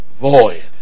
void